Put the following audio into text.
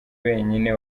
wenyine